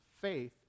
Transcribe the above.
faith